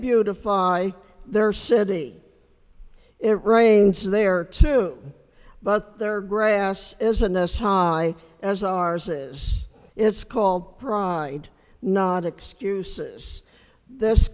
beautify their city it rains there too but their grass isn't us high as ours is it's called pride not excuses th